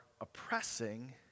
oppressing